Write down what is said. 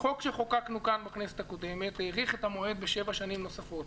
החוק שחוקקנו כאן בכנסת הקודמת האריך את המועד בשבע שנים נוספות